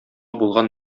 булган